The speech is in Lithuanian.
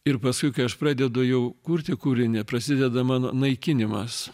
ir paskui kai aš pradedu jau kurti kūrinį prasideda mano naikinimas